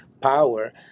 power